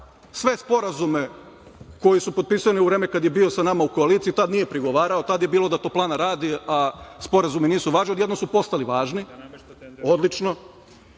sve sporazume koji su potpisani u vreme kada je bio sa nama u koaliciji, tada nije prigovarao, tada je bilo da toplana radi, a sporazumi nisu važni, odjednom su postali važni, odlično,